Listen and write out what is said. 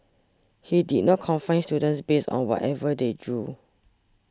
he did not confines students based on whatever they drew